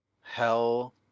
hell